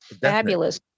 fabulous